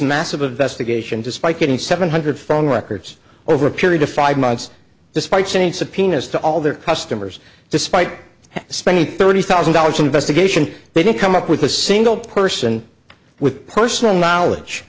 massive investigation despite getting seven hundred phone records over a period of five months despite saying subpoenas to all their customers despite spending thirty thousand dollars investigation they didn't come up with a single person with personal knowledge